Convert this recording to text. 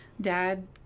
dad